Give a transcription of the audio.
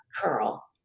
curl